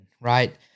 right